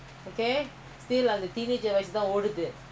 okay